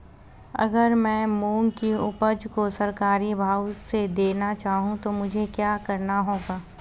अगर मैं मूंग की उपज को सरकारी भाव से देना चाहूँ तो मुझे क्या करना होगा?